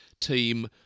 team